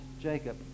Jacob